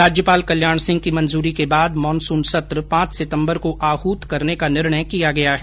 राज्यपाल कल्याण सिंह की मंजूरी के बाद मॉनसून सत्र पांच सितम्बर को आहूत करने का निर्णय किया गया है